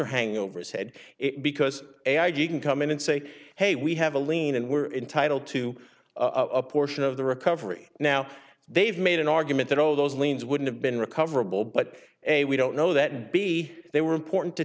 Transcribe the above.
are hanging over his head it because you can come in and say hey we have a lien and were entitled to a portion of the recovery now they've made an argument that all those liens wouldn't have been recoverable but a we don't know that and b they were important to